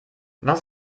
was